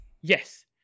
Yes